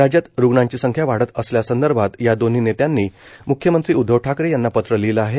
राज्यात रुग्णांची संख्या वाढत असल्या संदर्भात या दोन्ही नेत्यांनी म्ख्यमंत्री उद्धव ठाकरे यांना पत्र लिहिलं आहे